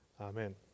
Amen